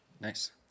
nice